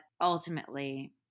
ultimately